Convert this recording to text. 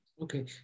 Okay